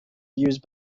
used